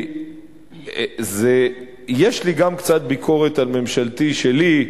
שיש לי גם קצת ביקורת על ממשלתי שלי,